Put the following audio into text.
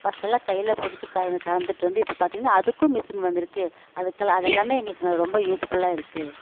பஸ்ட்டெல்லாம் கையில் பிடிச்சு கற கறந்துட்டுயிருந்து இப்போ பார்த்தீங்கன்னா அதுக்கும் மிஸின் வந்துருக்குது அதுக்கெல்லாம் அதெல்லாமே எங்களுக்கு ந ரொம்ப யூஸ்ஃபுல்லாக இருக்குது